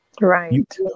Right